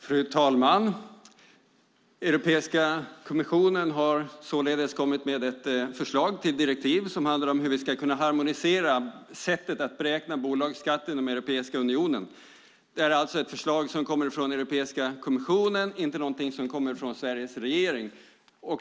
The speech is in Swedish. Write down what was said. Fru talman! Europeiska kommissionen har således kommit med ett förslag till direktiv som handlar om hur vi ska kunna harmonisera sättet att beräkna bolagsskatten inom Europeiska unionen. Det är alltså ett förslag som kommer från Europeiska kommissionen, inte någonting som kommer från Sveriges regering.